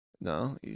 No